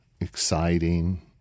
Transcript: exciting